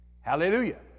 Hallelujah